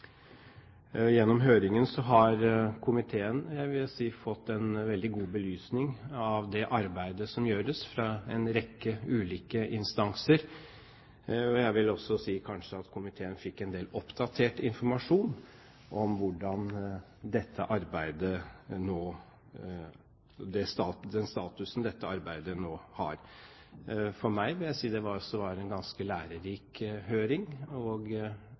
Gjennom høringen vil jeg si at komiteen har fått en veldig god belysning av det arbeidet som gjøres fra en rekke ulike instanser. Jeg vil også kanskje si at komiteen fikk en del oppdatert informasjon om den statusen dette arbeidet nå har. For meg var det en ganske lærerik og meget nyttig høring.